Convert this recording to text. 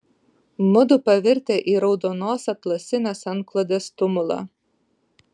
mudu pavirtę į raudonos atlasinės antklodės tumulą